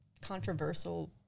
controversial